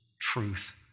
truth